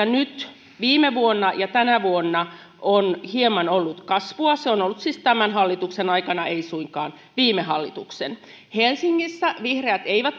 nyt viime vuonna ja tänä vuonna on hieman ollut kasvua se on ollut siis tämän hallituksen aikana ei suinkaan viime hallituksen helsingissä vihreät ei